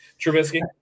Trubisky